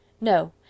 No